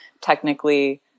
technically